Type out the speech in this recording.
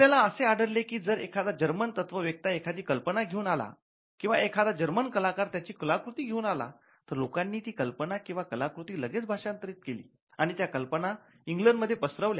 आपल्याला असे आढळले की जर एखादा जर्मन तत्वव्येकता एखादी कल्पना घेऊन आला किंवा एखादा जर्मन कलाकार त्याची कलाकृती घेऊन आला तर लोकांनी ती कल्पना किंवा कलाकृती लगेच भाषांतरित केली आणि त्या कल्पना इंग्लंड मध्ये पसरवल्या